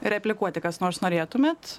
replikuoti kas nors norėtumėt